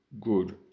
good